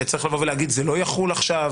-- שצריך לבוא ולהגיד שזה לא יחול עכשיו,